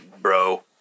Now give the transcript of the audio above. bro